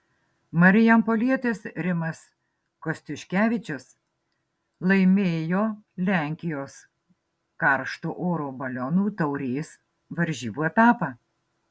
marijampolietis rimas kostiuškevičius laimėjo lenkijos karšto oro balionų taurės varžybų etapą